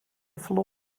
flow